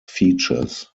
features